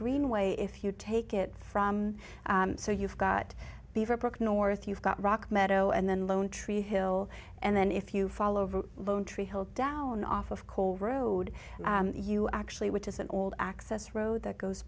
greenway if you take it from so you've got beaverbrook north you've got rock meadow and then lone tree hill and then if you fall over lone tree hill down off of coal road and you actually which is an old access road that goes